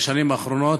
בשנים האחרונות,